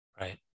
Right